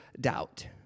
doubt